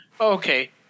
okay